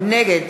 נגד